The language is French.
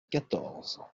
quatorze